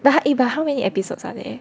eh but but how many episodes are there